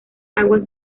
aguas